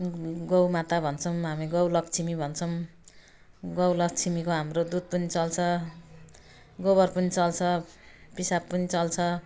गौमाता भन्छौँ हामी गौलक्ष्मी भन्छौँ गौलक्ष्मीको हाम्रो दुध पनि चल्छ गोबर पनि चल्छ पिसाब पनि चल्छ